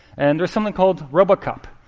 and there's something called robocup.